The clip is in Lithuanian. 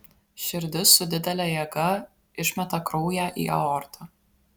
širdis su didele jėga išmeta kraują į aortą